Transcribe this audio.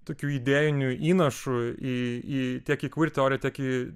tokių idėjinių įnašų į į tiek į kver teoriją tiek į